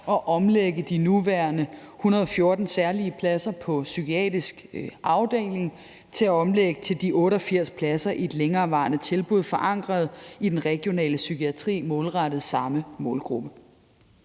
at omlægge de nuværende 114 særlige pladser på psykiatrisk afdeling til de 88 pladser i et længerevarende tilbud forankret i den regionale psykiatri målrettet samme målgruppe.